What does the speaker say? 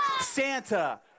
Santa